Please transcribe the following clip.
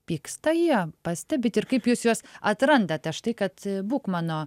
pyksta jie pastebit ir kaip jūs juos atrandate štai kad būk mano